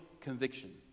conviction